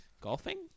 Golfing